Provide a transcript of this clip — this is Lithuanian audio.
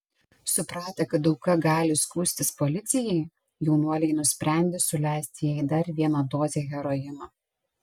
supratę kad auka gali skųstis policijai jaunuoliai nusprendė suleisti jai dar vieną dozę heroino